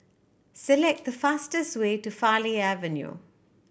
select the fastest way to Farleigh Avenue